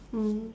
mm